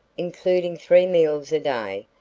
including three meals a day,